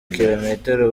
kilometero